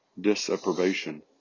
disapprobation